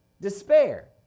despair